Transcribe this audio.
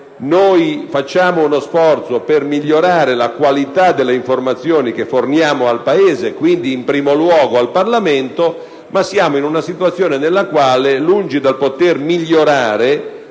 loro fanno uno sforzo per migliorare la qualità delle informazioni che forniscono al Paese, quindi in primo luogo al Parlamento, ma sono in una situazione nella quale, lungi dal poter migliorare,